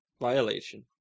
violation